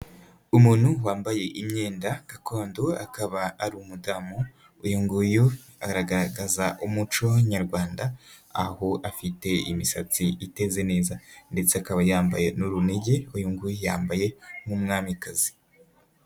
Umuntu wambaye imyenda gakondo akaba ari umudamu. Uyu nguyu aragaragaza umuco nyarwanda aho afite imisatsi iteze neza ndetse akaba yambaye n'urunigi. Uyu nguyu yambaye nk'umwamikazi.